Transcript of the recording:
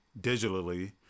digitally